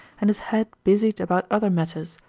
and his head busied about other matters,